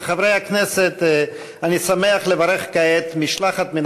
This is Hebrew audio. חברי הכנסת, אני שמח לברך כעת משלחת מן